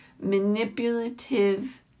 manipulative